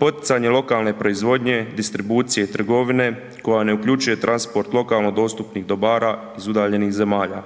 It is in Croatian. Poticanje lokalne proizvodnje, distribucije i trgovine koja ne uključuje transport lokalno dostupnih dobara iz udaljenih zemalja.